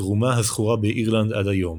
תרומה הזכורה באירלנד עד היום.